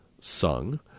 sung